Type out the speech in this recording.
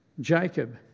Jacob